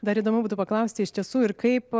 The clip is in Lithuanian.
dar įdomu būtų paklausti iš tiesų ir kaip